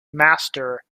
master